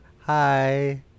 hi